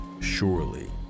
surely